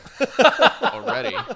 already